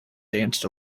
danced